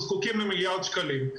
למיליארד שקלים.